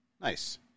Nice